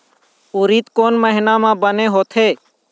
उरीद कोन महीना म बने होथे?